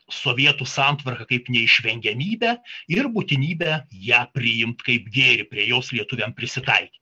sovietų santvarką kaip neišvengiamybę ir būtinybę ją priimt kaip gėrį prie jos lietuviams prisitaikyt